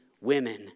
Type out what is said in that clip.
women